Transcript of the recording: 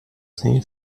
snin